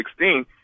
2016